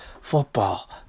football